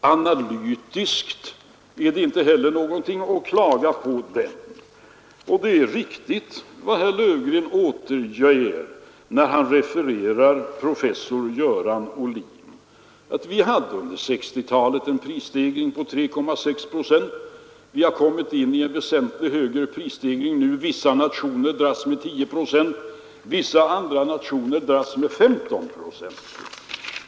Analytiskt är den inte heller att klaga på, och det är riktigt vad herr Löfgren återgav. när han refererade professor Göran Ohlin. Vi hade under 1960-talet en prisstegring på 3,6 procent. Vi har kommit in i en väsentligt högre prisstegring nu. Vissa nationer dras med 10 procent, andra med 15 procent.